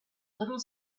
little